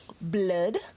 blood